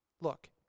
Look